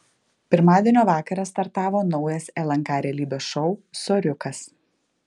pirmadienio vakarą startavo naujas lnk realybės šou soriukas